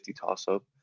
toss-up